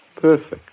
perfect